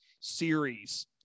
series